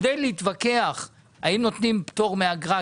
כדי להתווכח האם נותנים פטור מאגרה,